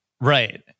right